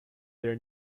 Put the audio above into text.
their